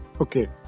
Okay